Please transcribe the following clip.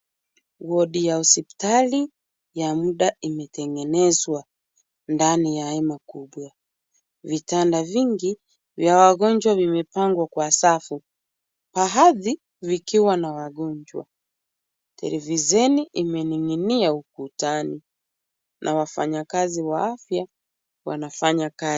Wodi ya hospitali ya mda imetengenezwa ndani ya hema kubwa. Vitanda vingi vya wagonjwa vimepangwa kwa safu, baadhi vikiwa na wagonjwa. Televisheni imening'inia ukutani na wafanyakazi wa afya wanafanya kazi.